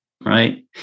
right